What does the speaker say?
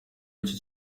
icyo